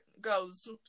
goes